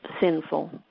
sinful